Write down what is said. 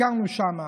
ביקרנו שם.